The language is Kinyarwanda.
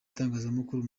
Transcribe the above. itangazamakuru